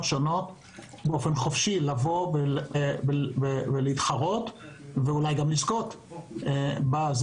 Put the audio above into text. שונות לבוא להתחרות באופן חופשי.